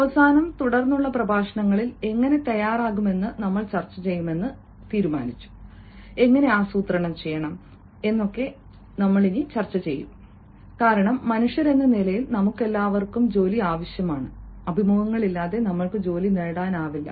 അവസാനം തുടർന്നുള്ള പ്രഭാഷണങ്ങളിൽ എങ്ങനെ തയ്യാറാകാമെന്നു നമ്മൾ ചർച്ചചെയ്യുമെന്ന് തീരുമാനിച്ചു എങ്ങനെ ആസൂത്രണം ചെയ്യണം കാരണം മനുഷ്യരെന്ന നിലയിൽ നമുക്കെല്ലാവർക്കും ജോലി ആവശ്യമാണ് അഭിമുഖങ്ങളില്ലാതെ നമ്മൾക്ക് ജോലി നേടാനാവില്ല